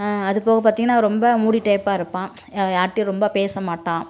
அது போக பார்த்திங்கனா ரொம்ப மூடி டைப்பாக இருப்பான் யா யார்கிட்டயும் ரொம்ப பேச மாட்டான்